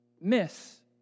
miss